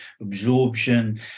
absorption